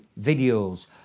videos